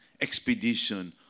expedition